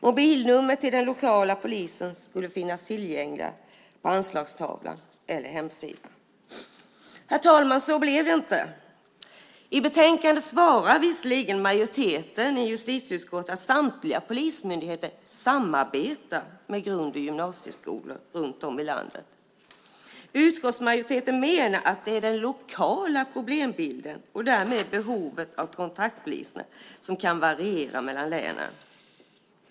Mobilnumret till den lokala polisen skulle finnas tillgängligt på anslagstavla eller hemsida. Herr talman! Så blev det inte. I betänkandet svarar visserligen majoriteten i justitieutskottet att samtliga polismyndigheter samarbetar med grund och gymnasieskolan runt om i landet. Utskottsmajoriteten menar att den lokala problembilden och därmed behovet av kontaktpoliser kan variera mellan länen.